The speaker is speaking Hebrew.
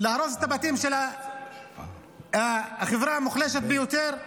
להרוס את הבתים של החברה המוחלשת ביותר?